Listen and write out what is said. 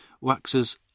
waxes